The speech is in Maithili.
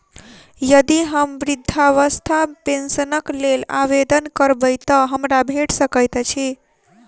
यदि हम वृद्धावस्था पेंशनक लेल आवेदन करबै तऽ हमरा भेट सकैत अछि?